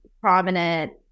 prominent